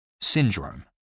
syndrome